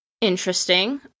Interesting